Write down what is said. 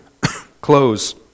close